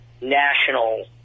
national